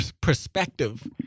perspective